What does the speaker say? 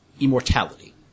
immortality